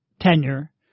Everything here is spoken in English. tenure